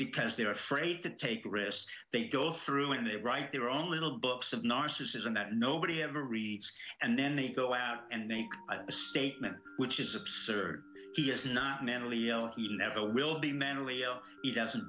because they're afraid to take risks they go through and they write their own little books of narcissism that nobody ever reads and then they go out and make a statement which is absurd he is not mentally ill never will be mentally ill he doesn't